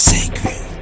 Sacred